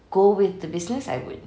go with the business I would